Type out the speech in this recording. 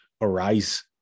arise